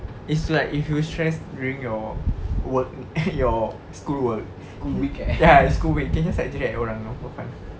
it's like if you stress during your work your schoolwork ya school week can just like jerit at orang know for fun